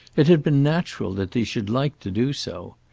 it had been natural that she should like to do so.